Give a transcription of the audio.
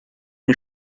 you